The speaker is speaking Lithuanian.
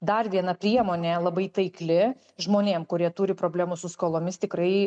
dar viena priemonė labai taikli žmonėm kurie turi problemų su skolomis tikrai